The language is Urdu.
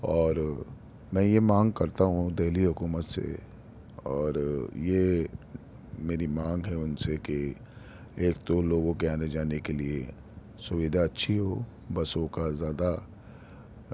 اور میں یہ مانگ کرتا ہوں دہلی حکومت سے اور یہ میری مانگ ہے ان سے کہ ایک دو لوگوں کے آنے جانے کے لیے سویدھا اچھی ہو بسوں کا زیادہ